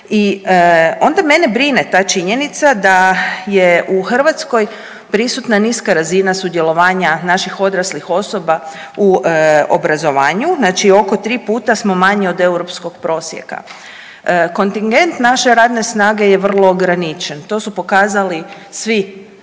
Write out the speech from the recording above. I onda mene brine ta činjenica da je u Hrvatskoj prisutna niska razina sudjelovanja naših odraslih osoba u obrazovanju, znači oko 3 puta smo manji od europskog prosjeka. Kontingent naše radne snage je vrlo ograničen, to su pokazali svi,